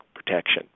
protection